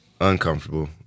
uncomfortable